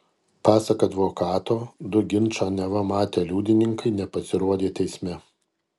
pasak advokato du ginčą neva matę liudininkai nepasirodė teisme